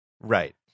Right